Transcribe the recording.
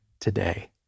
today